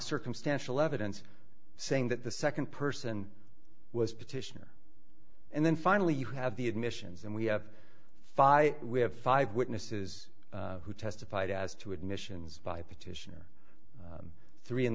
circumstantial evidence saying that the second person was petitioner and then finally you have the admissions and we have by we have five witnesses who testified as to admissions by petitioner three in